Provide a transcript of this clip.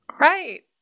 Right